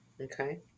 Okay